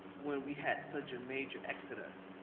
when we had such a major exodus,